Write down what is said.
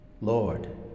Lord